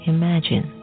imagine